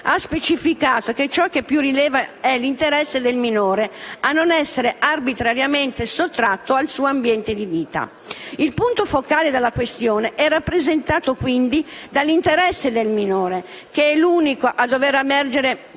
ha specificato che ciò che più rileva è l'interesse del minore a non essere arbitrariamente sottratto al suo ambiente di vita. Il punto focale della questione è rappresentato quindi dall'interesse del minore, che è l'unico a dover emergere